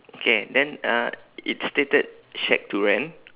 okay then uh it's stated shack to rent